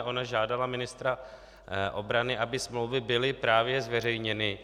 Ona žádala ministra obrany, aby smlouvy byly právě zveřejněny.